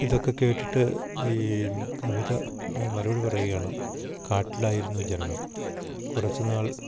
ഇതൊക്കെ കേട്ടിട്ട് ഈ കവിത മറുപടി പറയുകയാണ് കാട്ടിലായിരുന്നു ജനനം കുറച്ചു നാൾ